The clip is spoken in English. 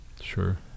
Sure